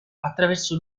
attraverso